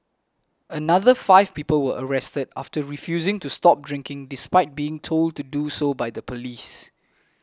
another five people were arrested after refusing to stop drinking despite being told to do so by police